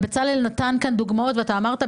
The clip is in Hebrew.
בצלאל נתן כאן דוגמאות ואתה אמרת,